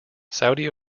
saudi